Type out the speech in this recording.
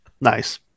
Nice